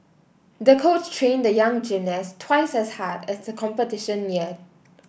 the coach trained the young gymnast twice as hard as the competition neared